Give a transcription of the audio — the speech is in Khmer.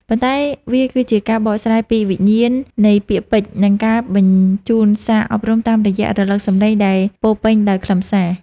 ប៉ុន្តែវាគឺជាការបកស្រាយពីវិញ្ញាណនៃពាក្យពេចន៍ និងការបញ្ជូនសារអប់រំតាមរយៈរលកសំនៀងដែលពោពេញដោយខ្លឹមសារ។